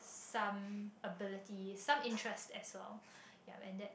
some abilities some interest as well and that's